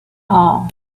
all